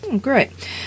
Great